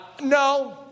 No